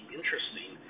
interesting